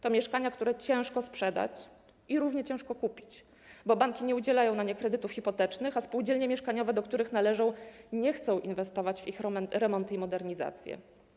To mieszkania, które ciężko sprzedać i równie ciężko kupić, bo banki nie udzielają na nie kredytów hipotecznych, a spółdzielnie mieszkaniowe, do których należą, nie chcą inwestować w ich remonty i modernizację.